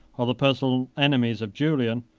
or the personal enemies of julian,